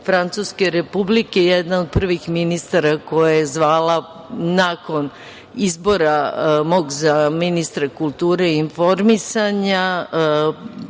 Francuske Republike, jedna od prvih ministara koja je zvala nakon izbora mog za ministra kulture i informisanja,